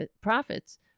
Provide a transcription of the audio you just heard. profits